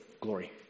glory